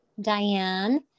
Diane